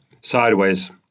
sideways